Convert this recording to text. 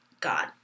God